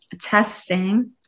testing